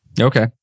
Okay